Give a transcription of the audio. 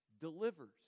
delivers